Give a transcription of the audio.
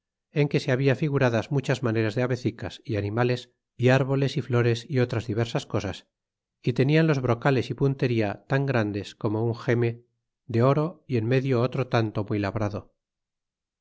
en que babia figuradas muchas maneras de avecinas y animales y árboles y flores y otras diversas cosas y tenian los brocales y punteria tan grandes como un gerne de oro y en el medio otro tanto muy labrado